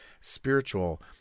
spiritual